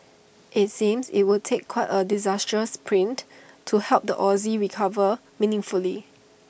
IT seems IT would take quite A disastrous print to help the Aussie recover meaningfully